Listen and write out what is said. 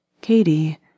Katie